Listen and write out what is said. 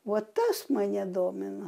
vo tas mane domina